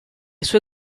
sue